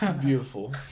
beautiful